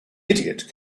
idiot